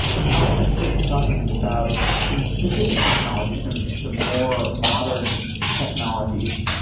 i want to shift to talking about some specific technology, some some more modern technologies,